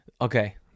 Okay